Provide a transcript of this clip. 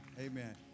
Amen